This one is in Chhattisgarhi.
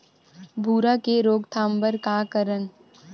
भूरा के रोकथाम बर का करन?